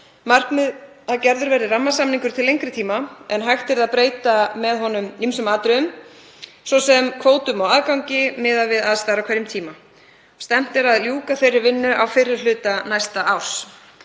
Markmiðið er að gerður verði rammasamningur til lengri tíma, en hægt yrði að breyta með honum ýmsum atriðum, svo sem kvótum og aðgangi miðað við aðstæður á hverjum tíma. Stefnt er að því að ljúka þeirri vinnu á fyrri hluta næsta árs.